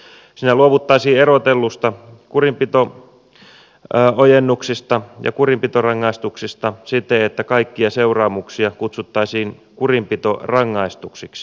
siinä luovuttaisiin erottelusta kurinpito ojennuksiin ja kurinpitorangaistuksiin siten että kaikkia seuraamuksia kutsuttaisiin kurinpitorangaistuksiksi